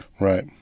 Right